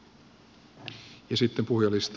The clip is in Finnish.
arvoisa puhemies